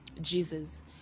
Jesus